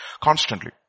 constantly